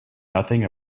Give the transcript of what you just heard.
nothing